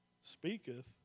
speaketh